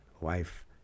wife